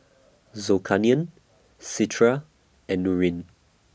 Zulkarnain Citra and Nurin